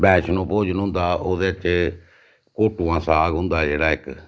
बैश्णो भोजन होंदा ओह्दे च कूटू दा साग होंदा जेह्ड़ा इक